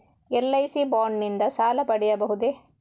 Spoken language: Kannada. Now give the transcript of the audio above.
ಎಲ್.ಐ.ಸಿ ಬಾಂಡ್ ನಿಂದ ಸಾಲ ಪಡೆಯಬಹುದೇ?